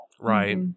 Right